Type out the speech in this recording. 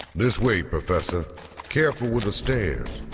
this way professor careful with the stairs